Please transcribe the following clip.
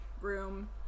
room